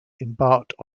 embarked